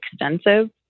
extensive